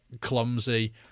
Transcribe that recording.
clumsy